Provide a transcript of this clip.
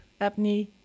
apnea